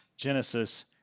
Genesis